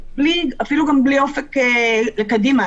אפילו בלי אופק קדימה.